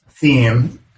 theme